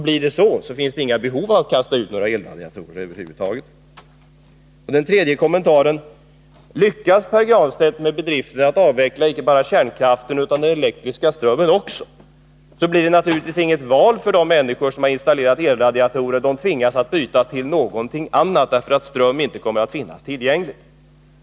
Blir det så finns det över huvud taget inget behov av att kasta ut några elradiatorer. Den tredje kommentaren är följande: Lyckas Pär Granstedt med bedriften att avveckla inte bara kärnkraften utan också den elektriska strömmen, har de människor som har installerat elradiatorer naturligtvis inget val — de tvingas att byta till någonting annat, därför att ström inte kommer att finnas tillgänglig.